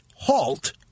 Halt